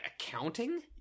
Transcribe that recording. accounting